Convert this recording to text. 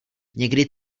někdy